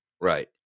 Right